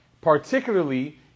Particularly